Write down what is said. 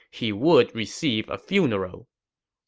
he would receive a funeral.